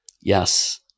Yes